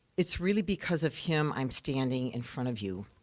it's really because of him i'm standing in front of you.